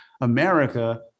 America